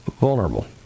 vulnerable